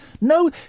No